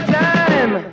time